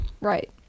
Right